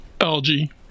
algae